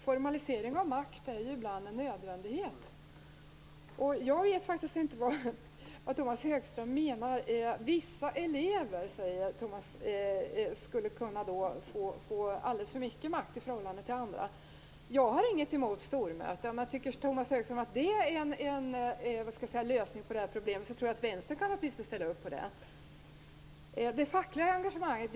Formalisering av makt är ibland en nödvändighet. Jag vet faktiskt inte vad Tomas Högström menar. Tomas Högström säger att vissa elever skulle kunna få alldeles för mycket makt i förhållande till andra. Jag har inget emot stormöten. Tycker Tomas Högström att det är en lösning på det här problemet tror jag att Vänstern kan ställa upp på det. Sedan till frågan om det fackliga engagemanget.